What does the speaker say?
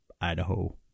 Idaho